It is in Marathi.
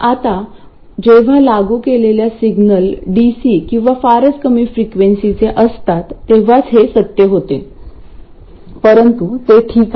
आता जेव्हा लागू केलेले सिग्नल डीसी किंवा फारच कमी फ्रिक्वेन्सीचे असतात तेव्हाच हे सत्य होते परंतु ते ठीक आहे